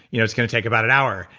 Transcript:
you know it's going to take about an hour.